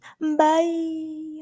Bye